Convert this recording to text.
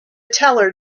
teller